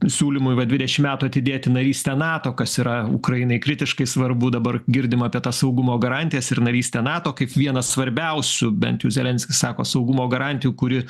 siūlymui va dvidešim metų atidėti narystę nato kas yra ukrainai kritiškai svarbu dabar girdim apie tas saugumo garantijas ir narystę nato kaip vieną svarbiausių bent jau zelenskis sako saugumo garantijų kuri